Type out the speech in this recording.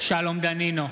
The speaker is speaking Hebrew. שלום דנינו,